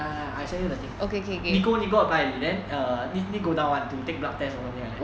err I send you the thing nicole nicole apply already then err need need go down one to take blood test or something like that